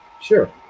sure